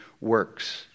works